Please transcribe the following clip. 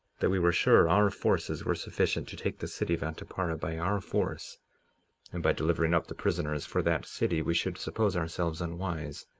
that we were sure our forces were sufficient to take the city of antiparah by our force and by delivering up the prisoners for that city we should suppose ourselves unwise,